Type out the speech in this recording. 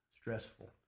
stressful